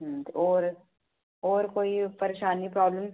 ते होर होर कोई परेशानी प्राब्लम